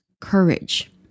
courage